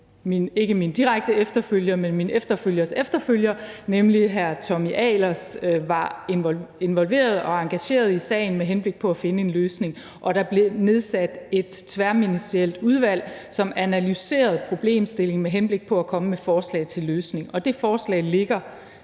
ikke min direkte efterfølger, men min efterfølgers efterfølger, nemlig hr. Tommy Ahlers, var involveret og engageret i sagen med henblik på at finde en løsning. Og der blev nedsat et tværministerielt udvalg, som analyserede problemstillingen med henblik på at komme med forslag til løsning. Og det forslag ligger,